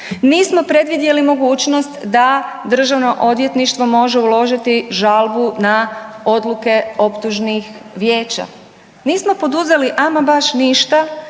nismo predvidjeli mogućnost da Državno odvjetništvo može uložiti žalbu na odluke optužnih vijeća. Nismo poduzeli ama baš ništa